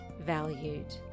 valued